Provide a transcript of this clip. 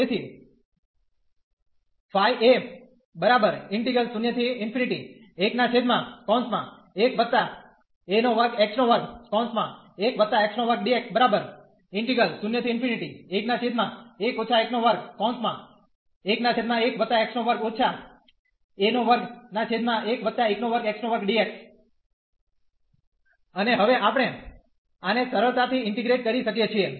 તેથી અને હવે આપણે આને સરળતાથી ઇન્ટીગ્રેટ કરી શકીએ છીએ